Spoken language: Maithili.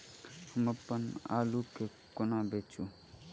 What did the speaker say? हम अप्पन आलु केँ कोना बेचू?